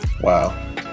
Wow